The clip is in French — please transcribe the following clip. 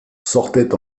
sortait